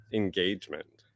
engagement